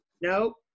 Nope